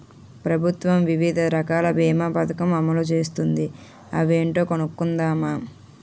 ప్రభుత్వం వివిధ రకాల బీమా పదకం అమలు చేస్తోంది అవేంటో కనుక్కుందామా?